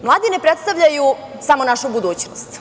Mladi ne predstavljaju samo našu budućnost.